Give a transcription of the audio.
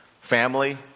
family